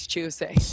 Tuesday